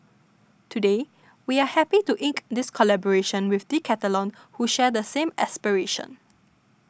today we are happy to ink this collaboration with Decathlon who share the same aspiration